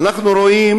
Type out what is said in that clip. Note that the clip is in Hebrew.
אנחנו רואים